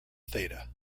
theta